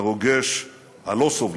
הרוגש, הלא-סובלני.